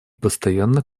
постоянно